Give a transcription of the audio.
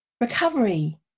Recovery